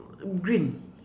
green